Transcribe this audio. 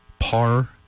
Par